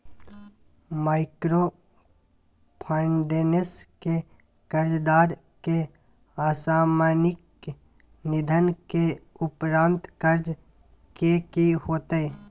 Microfinance के कर्जदार के असामयिक निधन के उपरांत कर्ज के की होतै?